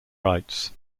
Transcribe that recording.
rights